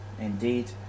Indeed